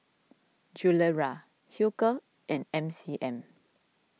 Gilera Hilker and M C M